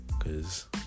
cause